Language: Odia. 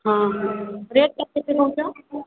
ହଁ ରେଟ୍ଟା କେତେ ନଉଛ